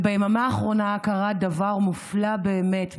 וביממה האחרונה קרה דבר מופלא באמת,